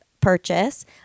purchase